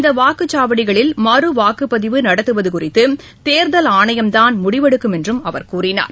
இந்த வாக்குச்சாவடிகளில் மறு வாக்குப்பதிவு நடத்துவது குறித்து தேர்தல் ஆணையம் தான் முடிவெடுக்கும் என்றும் அவர் கூறினார்